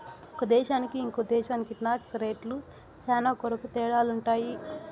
ఒక దేశానికి ఇంకో దేశానికి టాక్స్ రేట్లు శ్యానా కొరకు తేడాలుంటాయి